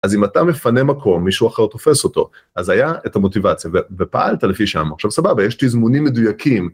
אז אם אתה מפנה מקום, מישהו אחר תופס אותו, אז היה את המוטיבציה ופעלת לפי שם. עכשיו סבבה, יש תזמונים מדויקים.